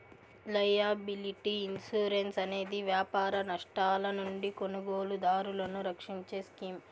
liability insurance అనేది వ్యాపార నష్టాల నుండి కొనుగోలుదారులను రక్షించే స్కీమ్